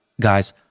guys